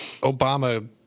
Obama –